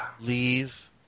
leave